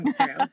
true